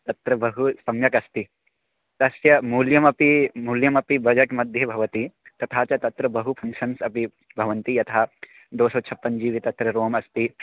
तत्र बहु सम्यक् अस्ति तस्य मूल्यमपि मूल्यमपि बजेट् मध्ये भवति तथा च तत्र बहु फ़ङ्क्शन्स् अपि भवन्ति यता दोसौछप्पञ्जीबि तत्र रोम् अस्ति